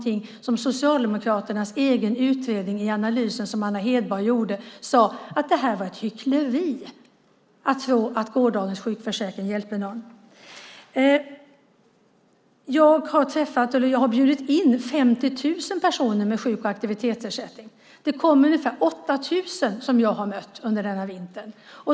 I Socialdemokraternas egen utredning - den analys som Anna Hedborg gjorde - sades det att det var ett hyckleri att gårdagens sjukförsäkring hjälpte någon. Jag har bjudit in 50 000 personer med sjuk och aktivitetsersättning. Det kom ungefär 8 000 personer som jag har mött under denna vinter.